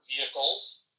vehicles